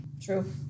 True